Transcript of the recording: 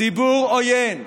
ציבור עוין.